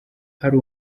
ari